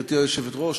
גברתי היושבת-ראש,